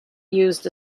used